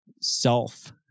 self